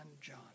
John